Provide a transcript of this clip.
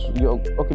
okay